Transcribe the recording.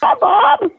Bob